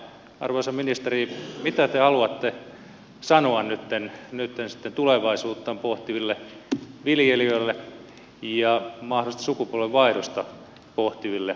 arvoisa ministeri mitä te haluatte sanoa nytten sitten tulevaisuuttaan pohtiville viljelijöille ja mahdollisesti sukupolvenvaihdosta pohtiville viljelijöille